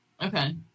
Okay